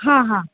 हां हां